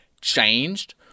changed